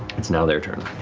it's now their turn.